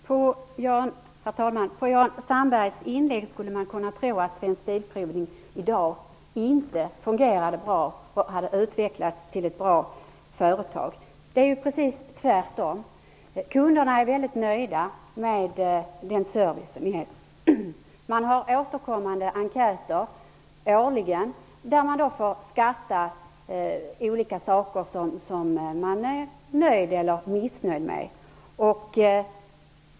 Herr talman! Av Jan Sandbergs inlägg skulle man kunna tro att Svensk Bilprovning i dag inte fungerar bra och inte har utvecklats till ett bra företag. Men det är ju precis tvärtom. Kunderna är väldigt nöjda med servicen. Svensk Bilprovning gör årligen återkommande enkäter, där kunderna får skatta olika saker som de är nöjda eller missnöjda med.